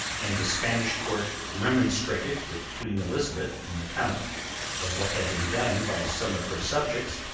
and the spanish court remonstrated with queen elizabeth on account of what had been done by some of her subjects,